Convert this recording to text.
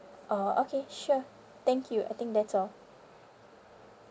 orh okay sure thank you I think that's all